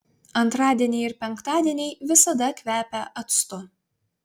antradieniai ir penktadieniai visada kvepia actu